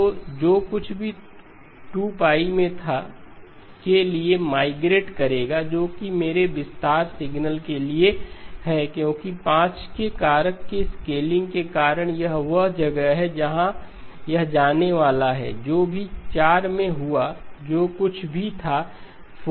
तो जो कुछ भी 2 π में था 25 के लिए माइग्रेट करेगा जो कि मेरे विस्तारित सिग्नल के लिए है क्योंकि 5 के कारक के स्केलिंग के कारण यह वह जगह है जहाँ यह जाने वाला है जो भी 4 में हुआ जो कुछ भी था 4 π पर 45आता है